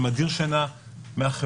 זה מדיר שינה מהחברות.